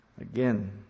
Again